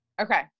okay